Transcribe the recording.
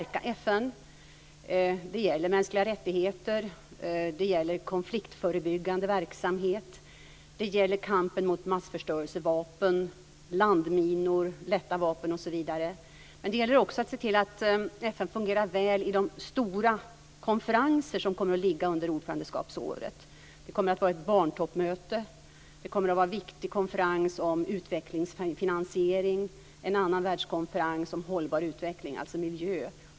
Det gäller mänskliga rättigheter, konfliktförebyggande verksamhet, kampen mot massförstörelsevapen, landminor, lätta vapen osv., men det gäller också att se till att FN fungerar väl i de stora konferenser som kommer att ligga under ordförandeskapsåret. Det kommer att vara ett barntoppmöte, en viktig konferens om utvecklingsfinansiering, en annan världskonferens om hållbar utveckling, alltså miljö.